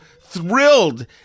thrilled